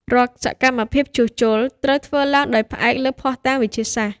រាល់សកម្មភាពជួសជុល ត្រូវធ្វើឡើងដោយផ្អែកលើភស្តុតាងវិទ្យាសាស្ត្រ។